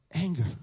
anger